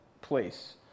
place